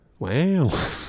wow